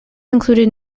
included